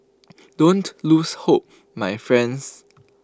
don't lose hope my friends